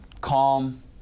calm